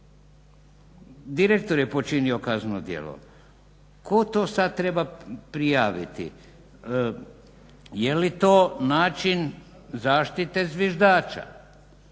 Direktor je počinio kazneno djelo, tko to sada treba prijaviti? Jeli to način zaštite zviždača?